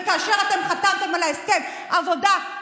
וכאשר אתם חתמתם על ההסכם עבודה-גשר-מרצ,